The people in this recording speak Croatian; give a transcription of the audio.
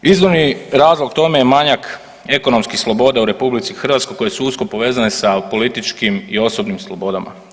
Izvorni razlog tome je manjak ekonomskih sloboda u RH koje su usko povezane sa političkim i osobnim slobodama.